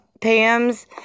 Pam's